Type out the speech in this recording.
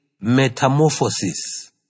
metamorphosis